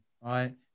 right